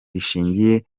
rishingiye